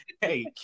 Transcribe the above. hey